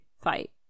fight